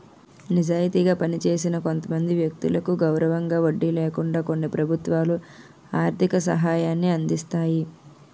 నిజాయితీగా పనిచేసిన కొంతమంది వ్యక్తులకు గౌరవంగా వడ్డీ లేకుండా కొన్ని ప్రభుత్వాలు ఆర్థిక సహాయాన్ని అందిస్తాయి